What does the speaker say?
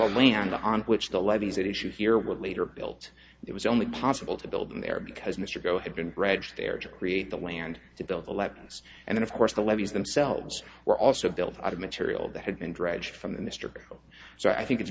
the on which the levees that issue here would later built it was only possible to build them there because mr goh had been bred there to create the land to build the lettuce and then of course the levees themselves were also built out of material that had been dredged from the mr battle so i think it's